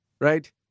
Right